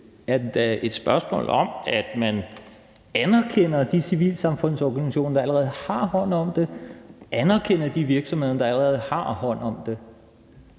er det da et spørgsmål om, at man anerkender de civilsamfundsorganisationer, der allerede har hånd om det, og anerkender de virksomheder, der allerede har hånd om det.